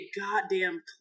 goddamn